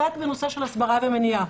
בנושא של הסברה ומניעה.